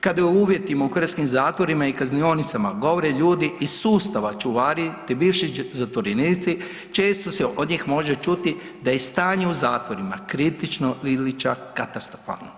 Kada o uvjetima u hrvatskim zatvorima i kaznionicama govore ljudi iz sustava čuvari te bivši zatvorenici često se od njih može čuti da je stanje u zatvorima kritično ili čak katastrofalno.